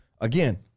Again